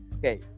Okay